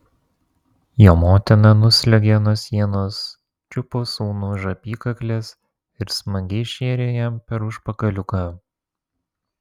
jo motina nusliuogė nuo sienos čiupo sūnų už apykaklės ir smagiai šėrė jam per užpakaliuką